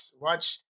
watch